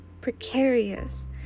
precarious